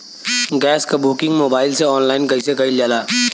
Gas क booking mobile से online कईसे कईल जाला?